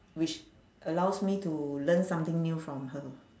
which allows me to learn something new from her